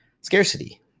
Scarcity